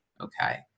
Okay